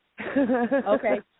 Okay